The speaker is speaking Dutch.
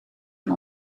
van